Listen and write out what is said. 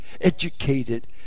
educated